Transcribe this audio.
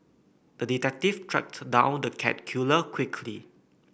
the detective tracked down the cat killer quickly